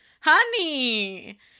honey